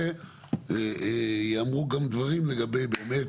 אבל אני גם רוצה שבתוך השיח הזה יאמרו גם דברים לגבי באמת